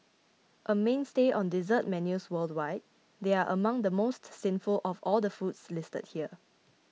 a mainstay on dessert menus worldwide they are among the most sinful of all the foods listed here